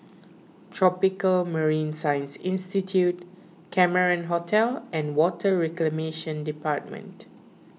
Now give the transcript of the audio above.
Tropical Marine Science Institute Cameron Hotel and Water Reclamation Department